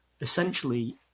essentially